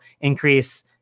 increase